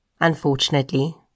Unfortunately